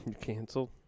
canceled